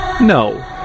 No